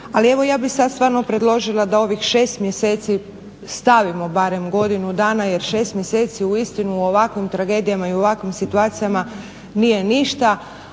Ali evo ja bih sad stvarno predložila da ovih 6 mjeseci stavimo barem godinu dana jer 6 mjeseci uistinu u ovakvim tragedijama i u ovakvim situacijama nije ništa,